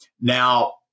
Now